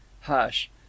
hush